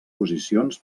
posicions